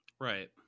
Right